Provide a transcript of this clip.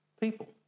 people